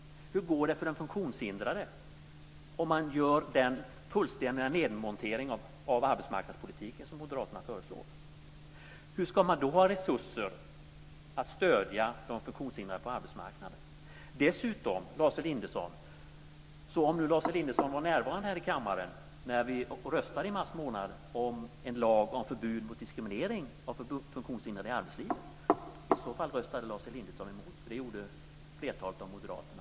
Hur går det för den funktionshindrade om man gör den fullständiga nedmontering av arbetsmarknadspolitiken som moderaterna föreslår? Hur ska man då ha resurser att stödja de funktionshindrade på arbetsmarknaden? Dessutom: Om Lars Elinderson var närvarande här i kammaren när vi i mars månad röstade om en lag om förbud mot diskriminering av funktionshindrade i arbetslivet, röstade han i så fall emot? Det gjorde flertalet av moderaterna.